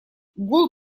гул